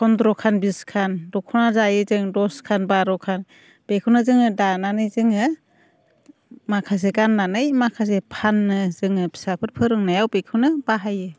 फन्द्र'खान बिसखान दखना दायो जों दस खान बार' खान बेखौनो जोङो दानानै जोङो माखासे गाननानै माखासे फानो जोङो फिसाफोर फोरोंनायाव बेखौनो बाहायो